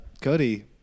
Cody